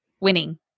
winning